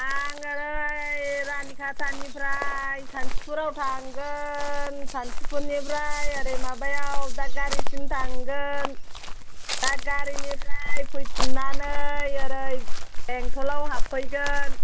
आं ओरै रानिखातानिफ्राय सान्थिफुराव थांगोन सान्थिफुरनिफ्राय ओरै माबायाव दादगारिसिम थांगोन दादगारिनिफ्राय फैफिननानै ओरै बेंटलआव हाबफैगोन